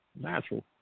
natural